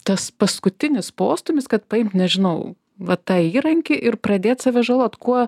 tas paskutinis postūmis kad paimt nežinau va tą įrankį ir pradėt save žalot kuo